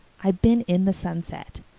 i've been in the sunset.